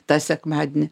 tą sekmadienį